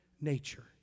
nature